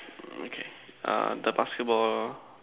okay err the basketball